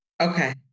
Okay